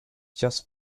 just